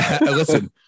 listen